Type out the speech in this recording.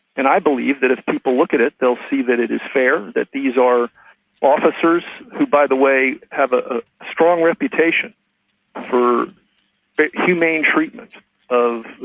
and i believe that if people look at it they'll see that it is fair, that these are officers who by the way have a strong reputation for humane treatment of.